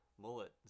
mullet